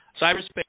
Cyberspace